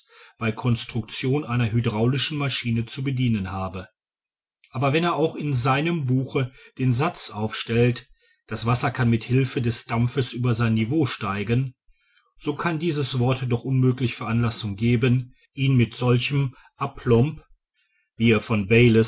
bei construktion einer hydraulischen maschine zu bedienen habe aber wenn er auch in seinem buche den satz aufstellt das wasser kann mit hilfe des dampfes über sein niveau steigen so kann dieses wort doch unmöglich veranlassung geben ihn mit solchem aplomp wie er von